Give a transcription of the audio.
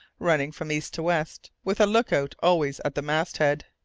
running from east to west, with a look-out always at the masthead.